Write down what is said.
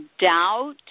doubt